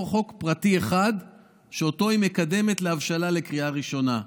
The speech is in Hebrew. חוק פרטי אחד שאותו היא מקדמת להבשלה לקריאה ראשונה.